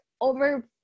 Over